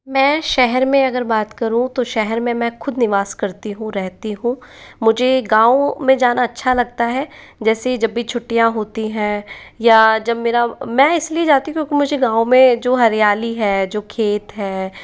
मैं शहर में अगर बात करूँ तो शहर में मैं खुद निवास करती हूँ रहती हूँ मुझे गाँव में जाना अच्छा लगता है जैसे जब भी छुट्टियां होती हैं या जब मेरा मैं इसलिए जाती हूँ क्योंकि मुझे गाँव में जो हरियाली है जो खेत है